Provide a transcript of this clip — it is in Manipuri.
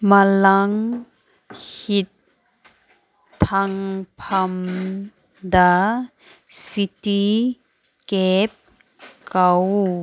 ꯃꯥꯂꯪ ꯍꯤꯊꯥꯡꯐꯝꯗ ꯁꯤꯇꯤ ꯀꯦꯕ ꯀꯧ